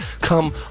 come